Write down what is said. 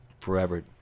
forever